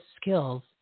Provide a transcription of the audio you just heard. skills